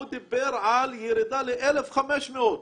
הוא דיבר על ירידה ל-1,500.